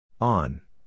On